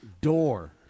door